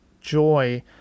joy